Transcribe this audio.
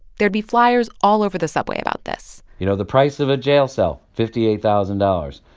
there'd be fliers all over the subway about this you know, the price of a jail cell fifty eight thousand dollars.